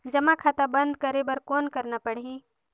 जमा खाता बंद करे बर कौन करना पड़ही?